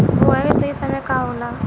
बुआई के सही समय का होला?